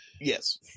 Yes